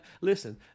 listen